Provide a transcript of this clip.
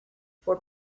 for